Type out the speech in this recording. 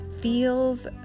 feels